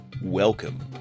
Welcome